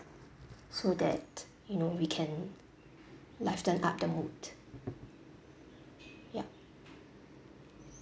so that you know we can lighten up the mood yup